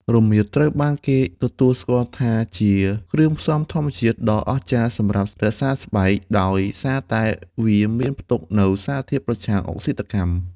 រមៀតត្រូវបានគេទទួលស្គាល់ថាជាគ្រឿងផ្សំធម្មជាតិដ៏អស្ចារ្យសម្រាប់ថែរក្សាស្បែក ដោយសារតែវាមានផ្ទុកនូវសារធាតុប្រឆាំងអុកស៊ីតកម្ម។